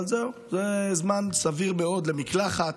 אבל, זהו, זה זמן סביר מאוד למקלחת.